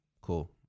Cool